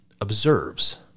observes